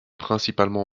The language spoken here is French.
principalement